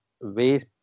ways